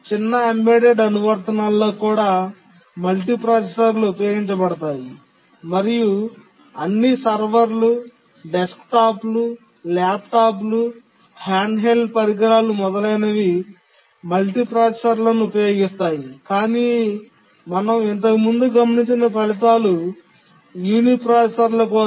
చిన్న ఎంబెడెడ్ అనువర్తనాల్లో కూడా మల్టీప్రాసెసర్లు ఉపయోగించబడతాయి మరియు అన్ని సర్వర్లు డెస్క్టాప్లు ల్యాప్టాప్లు హ్యాండ్హెల్డ్ పరికరాలు మొదలైనవి మల్టీప్రాసెసర్లను ఉపయోగిస్తాయి కాని మేము ఇంతకుముందు గమనించిన ఫలితాలు యునిప్రాసెసర్ల కోసం